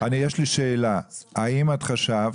יש לי שאלה, האם את חשבת